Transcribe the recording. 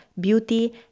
beauty